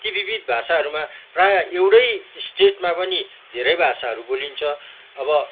ती विविध भाषाहरूमा प्रायः एउटै स्टेटमा पनि धेरै भाषाहरू बोलिन्छ अब